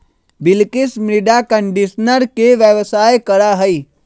बिलकिश मृदा कंडीशनर के व्यवसाय करा हई